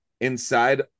inside